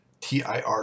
TIR